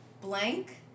blank